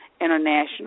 International